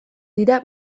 dira